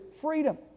freedom